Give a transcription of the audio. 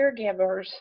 caregivers